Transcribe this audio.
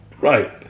Right